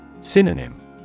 Synonym